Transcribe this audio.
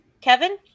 Kevin